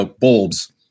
bulbs